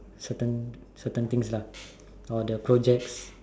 certain things lah or the projects